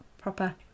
proper